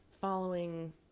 following